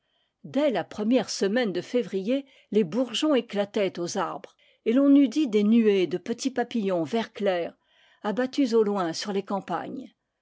dès la première semaine de février les bourgeons écla taient aux arbres et l'on eût dit des nuées de petits papil lons vert clair abattues au loin sur les campagnes